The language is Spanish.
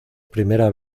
primera